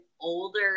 older